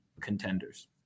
contenders